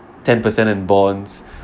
ten percent in bonds